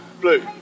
Blue